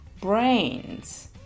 brains